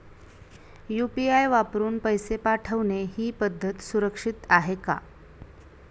UPI वापरून पैसे पाठवणे ही पद्धत सुरक्षित आहे का?